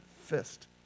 fist